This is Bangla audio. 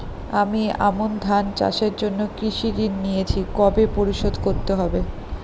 আমি আমন ধান চাষের জন্য কৃষি ঋণ নিয়েছি কবে পরিশোধ করতে হবে?